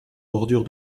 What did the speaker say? bordure